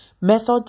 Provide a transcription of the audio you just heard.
methods